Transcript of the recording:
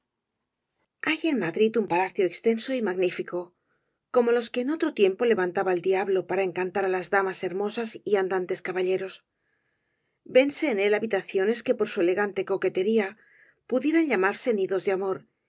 hay en madrid un palacio extenso y magnífico como los que en otro tiempo levantaba el diablo para encantar á las damas hermosas y andantes caballeros vense en él habitaciones que por su elegante coquetería pudieran llamarse nidos de amor